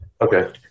okay